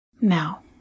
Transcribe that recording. Now